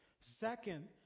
Second